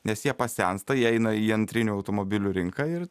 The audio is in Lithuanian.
nes jie pasensta jie eina į antrinių automobilių rinką ir